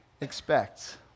expect